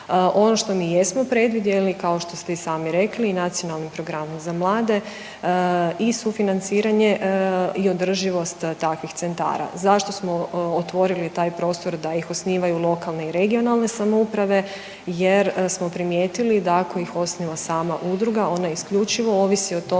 Ono što mi jesmo predvidjeli, kao što ste i sami rekli, Nacionalni program za mlade i sufinanciranje i održivost takvih centara. Zašto smo otvorili taj prostor da ih osnivaju lokalne i regionalne samouprave? Jer smo primijetili da, ako ih osniva sama udruga, ona isključivo ovisi o tome